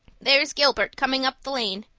there's gilbert coming up the lane,